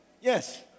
Yes